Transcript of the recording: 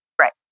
Right